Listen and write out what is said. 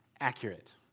accurate